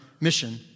mission